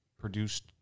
produced